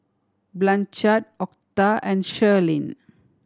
Blanchard Octa and Shirleen